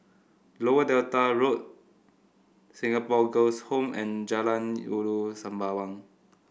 Lower Delta Road Singapore Girls' Home and Jalan Ulu Sembawang